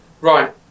Right